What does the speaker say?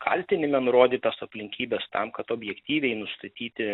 kaltinime nurodytas aplinkybes tam kad objektyviai nustatyti